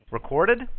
Recorded